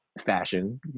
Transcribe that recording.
fashion